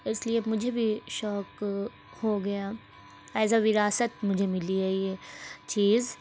اس لیے مجھے بھی شوق ہو گیا ایز اے وراثت مجھے ملی ہے یہ چیز